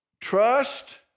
Trust